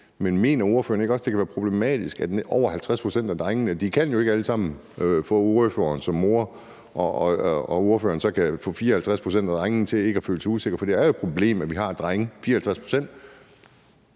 Men mener ordføreren ikke også, at det kan være problematisk, at det gælder over 50 pct. af drengene? For de kan jo ikke alle sammen få ordføreren som mor, hvor ordføreren så kan få 54 pct. af drengene til ikke at føle sig usikre. For det er jo et problem, at 54 pct. af drengene dybest